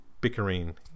bickering